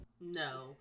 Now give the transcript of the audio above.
No